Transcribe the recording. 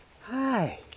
hi